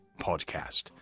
podcast